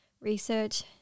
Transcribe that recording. research